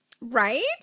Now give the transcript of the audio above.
Right